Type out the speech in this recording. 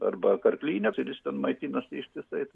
arba karklyne ir jis ten maitinasi ištisai